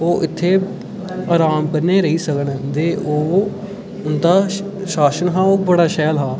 ओह् इत्थै राम कन्नै रेही सकन दे ओह् उं'दा शासन हा ओह् बड़ा शैल हा